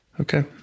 okay